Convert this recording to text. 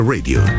Radio